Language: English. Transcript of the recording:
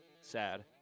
sad